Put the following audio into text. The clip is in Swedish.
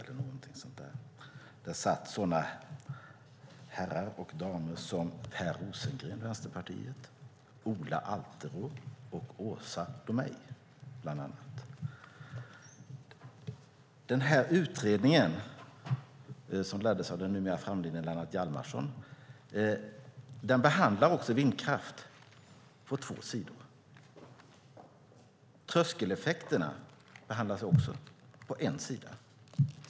Där satt bland annat sådana herrar och damer som Per Rosengren, Vänsterpartiet, Ola Alterå och Åsa Domeij. Den här utredningen, som leddes av den numera framlidne Lennart Hjalmarsson, behandlade också vindkraft på två sidor. Tröskeleffekterna behandlas också, på en sida.